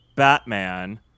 batman